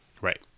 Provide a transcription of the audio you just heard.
right